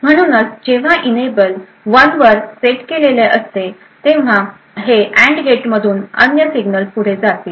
म्हणूनच जेव्हा इनएबल 1 वर सेट केलेले असते तेव्हा हे अँड गेट मधून अन्य सिग्नल पुढे जातील